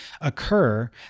occur